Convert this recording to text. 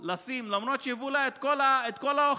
למרות שהביאו לה את כל ההוכחות